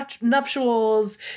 nuptials